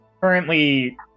currently